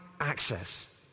access